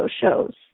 shows